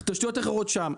תשתיות אחרות שם,